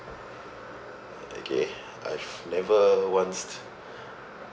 okay I've never once